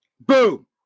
boom